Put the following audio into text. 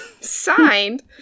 Signed